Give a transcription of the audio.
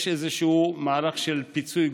יש איזשהו מערך של פיצוי,